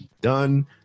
done